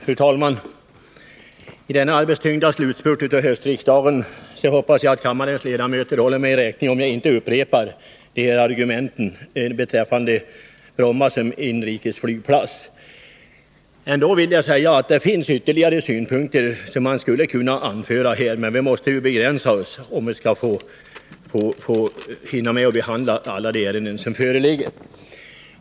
Fru talman! I denna höstriksdagens arbetstyngda slutspurt hoppas jag att kammarens ledamöter håller mig räkning för att jag inte upprepar argumenten beträffande Bromma som inrikesflygplats. Ändå vill jag säga att man skulle kunna anföra ytterligare synpunkter för bevarande av Bromma som inrikesflygplats — men vi måste ju begränsa oss, om vi skall hinna behandla alla de ärenden som föreligger.